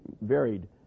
varied